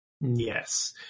Yes